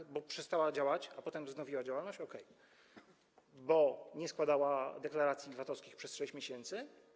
Czy przestała działać, a potem wznowiła działalność, bo nie składała deklaracji VAT-owskich przez 6 miesięcy?